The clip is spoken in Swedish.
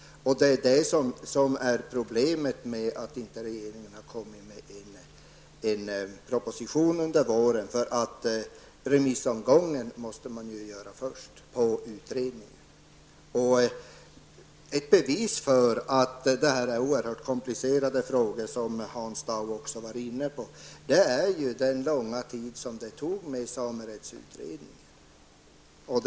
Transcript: Det är anledningen till att regeringen inte under våren har kommit med en proposition -- remissomgången på utredningen måste man ju göra först. Ett bevis för att det här är oerhört komplicerade frågor, som Hans Dau varit inne på, är den långa tid som samerättsutredningen tog.